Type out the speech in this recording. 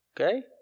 okay